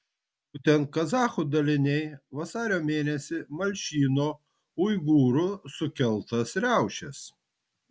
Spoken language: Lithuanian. būtent kazachų daliniai vasario mėnesį malšino uigūrų sukeltas riaušes